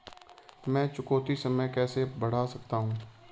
मैं चुकौती समय कैसे बढ़ा सकता हूं?